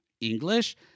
English